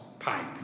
Pipe